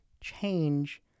change